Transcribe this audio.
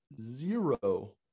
zero